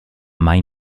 mai